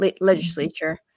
legislature